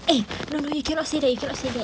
eh no no you cannot say that you cannot say that